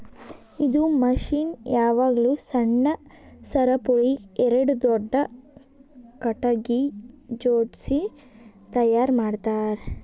ಇದು ಮಷೀನ್ ಯಾವಾಗ್ಲೂ ಸಣ್ಣ ಸರಪುಳಿಗ್ ಎರಡು ದೊಡ್ಡ ಖಟಗಿಗ್ ಜೋಡ್ಸಿ ತೈಯಾರ್ ಮಾಡ್ತರ್